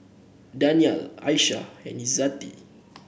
Danial Aishah and Izzati